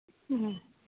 ᱦᱩᱸ